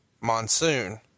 monsoon